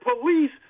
police